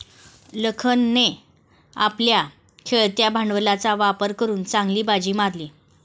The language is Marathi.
लखनने आपल्या खेळत्या भांडवलाचा वापर करून चांगली बाजी मारली